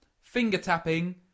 finger-tapping